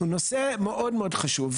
הוא נושא מאוד מאוד חשוב,